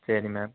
சரி மேம்